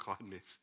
kindness